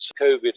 COVID